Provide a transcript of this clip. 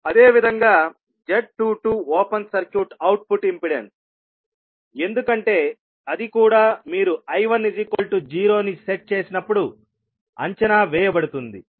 అదేవిధంగాz22 open circuit output impedance ఎందుకంటే అది కూడా మీరు I10 ను సెట్ చేసినప్పుడు అంచనా వేయబడుతుంది